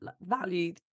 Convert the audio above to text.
value